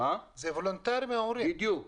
בדיוק.